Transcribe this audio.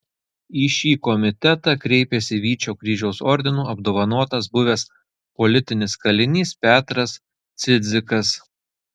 į šį komitetą kreipėsi vyčio kryžiaus ordinu apdovanotas buvęs politinis kalinys petras cidzikas